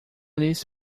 lhes